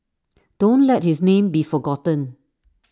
don't let his name be forgotten